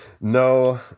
no